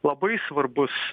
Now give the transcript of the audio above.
labai svarbus